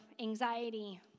anxiety